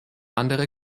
andere